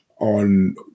on